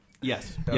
Yes